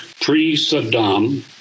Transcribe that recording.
pre-Saddam